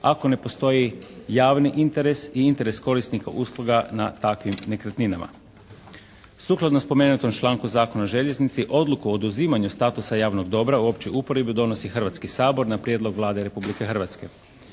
ako ne postoji javni interes i interes korisnika usluga na takvim nekretninama. Sukladno spomenutom članku Zakona o željeznici Odluku o oduzimanju statusa javnog dobra u općoj uporabi donosi Hrvatski sabor na prijedlog Vlade Republike Hrvatske.